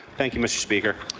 thank you mr. speaker.